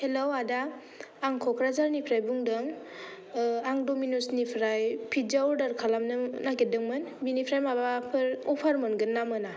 hello आदा आं क'क्राझारनिफ्राइ बुंदों आं दमिनोसनिफ्राइ फिज्जा अर्डार खालामनो नागिरदोंमोन बिनिफ्राइ माबाफोर अफार मोनगोन ना मोना